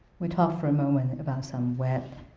we talked for a moment about some wet,